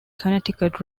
connecticut